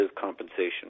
compensation